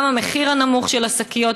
גם המחיר הנמוך של השקיות,